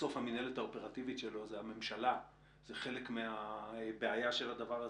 שבסוף המינהלת האופרטיבית שלו היא הממשלה זה חלק מהבעיה של הדבר הזה,